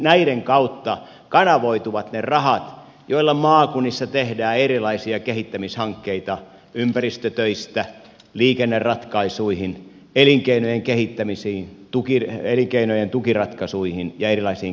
näiden kautta kanavoituvat ne rahat joilla maakunnissa tehdään erilaisia kehittämishankkeita ympäristötöistä liikenneratkaisuihin elinkeinojen kehittämisiin elinkeinojen tukiratkaisuihin ja erilaisiin kehittämisratkaisuihin